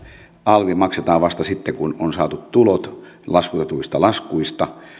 alvi maksetaan vasta sitten kun on saatu tulot laskutetuista laskuista